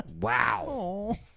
Wow